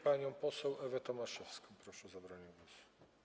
Panią poseł Ewę Tomaszewską proszę o zabranie głosu.